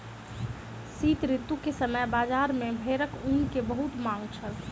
शीत ऋतू के समय बजार में भेड़क ऊन के बहुत मांग छल